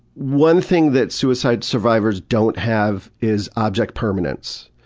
one thing that suicide survivors don't have is object permanence.